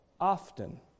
often